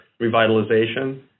revitalization